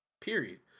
period